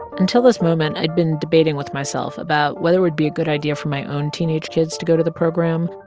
until this moment, i'd been debating with myself about whether it would be a good idea for my own teenage kids to go to the program.